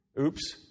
Oops